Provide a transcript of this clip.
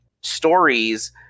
stories